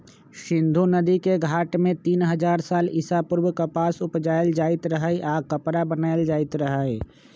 सिंधु नदिके घाट में तीन हजार साल ईसा पूर्व कपास उपजायल जाइत रहै आऽ कपरा बनाएल जाइत रहै